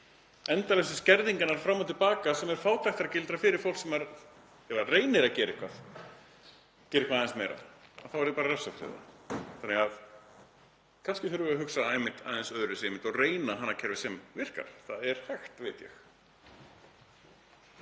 Endalausar skerðingar fram og til baka, sem er fátæktargildra fyrir fólk; ef það reynir að gera eitthvað, gera eitthvað aðeins meira þá er því bara refsað. Þannig að kannski þurfum við að hugsa einmitt aðeins öðruvísi og reyna að hanna kerfi sem virkar. Það er hægt, veit ég.